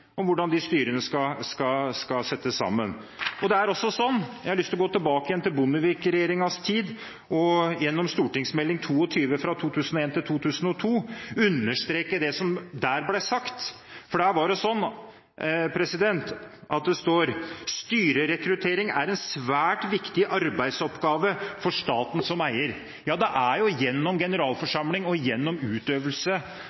om hvordan de styrene skal settes sammen. Jeg har lyst til å gå tilbake til Bondevik-regjeringens tid og til St.meld. nr. 22 for 2001–2002 og understreke det som der ble sagt, for der står det: «Styrerekruttering er derfor en svært viktig arbeidsoppgave for staten som eier.» Ja, det er gjennom generalforsamling og gjennom